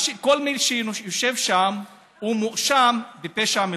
כל מי שיושב שם יואשם בפשע מלחמה.